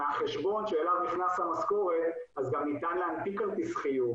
מהחשבון שאליו נכנסת המשכורת גם ניתן להנפיק כרטיס חיוב,